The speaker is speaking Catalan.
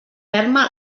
ferma